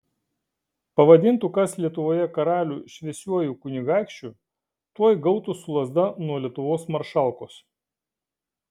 pavadintų kas lietuvoje karalių šviesiuoju kunigaikščiu tuoj gautų su lazda nuo lietuvos maršalkos